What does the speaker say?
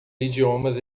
idiomas